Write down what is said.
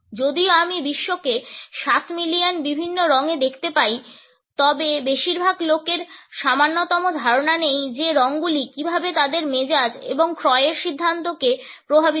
যদিও আমরা বিশ্বকে 7 মিলিয়ন বিভিন্ন রঙে দেখতে পাই তবে বেশিরভাগ লোকের সামান্যতম ধারণা নেই যে রঙগুলি কীভাবে তাদের মেজাজ এবং ক্রয়ের সিদ্ধান্তকে প্রভাবিত করে